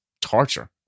torture